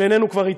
שכבר איננו אתנו,